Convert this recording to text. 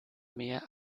mehr